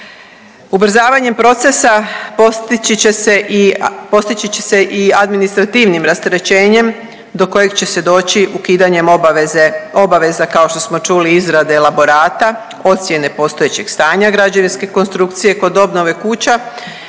Ubrzavanjem procesa postići se i, postići će se i administrativnim rasterećenjem do kojeg će se doći ukidanjem obaveza, kao što smo čuli, izrade elaborata, ocijene postojećeg stanja građevinske konstrukcije kod obnove kuća,